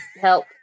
Help